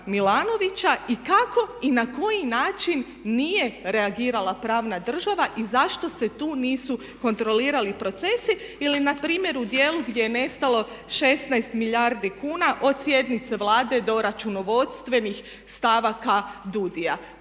Milanovića i kako i na koji način nije reagirala pravna država i zašto se tu nisu kontrolirali procesi ili npr. u dijelu gdje je nestalo 16 milijardi kuna od sjednice Vlade do računovodstvenih stavaka DUUDI-a.